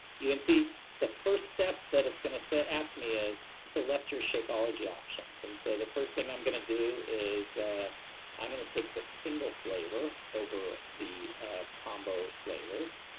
you can and see the first step that it's going to so ask me is select your shakeology options. and so the first thing i'm going to do is i'm going to take the single flavor over the combo flavors.